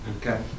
Okay